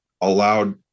allowed